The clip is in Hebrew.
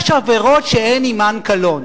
יש עבירות שאין עמן קלון.